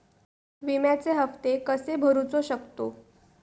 विम्याचे हप्ते कसे भरूचो शकतो?